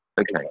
Okay